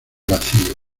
vacío